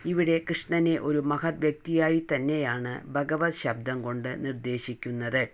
ഇവിടെ കൃഷ്ണനെ ഒരു മഹത്വ്യക്തിയായി തന്നെയാണ് ഭഗവത് ശബ്ദം കൊണ്ട് നിർദ്ദേശിക്കുന്നത്